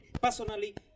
personally